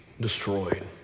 destroyed